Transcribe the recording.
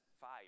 fire